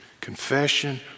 Confession